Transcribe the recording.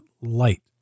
light